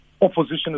opposition